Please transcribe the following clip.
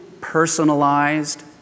personalized